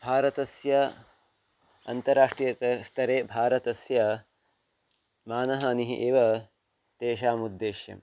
भारतस्य अन्ताराष्ट्रिये स्तरे भारतस्य मानहानिः एव तेषाम् उद्देश्यं